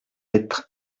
être